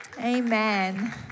Amen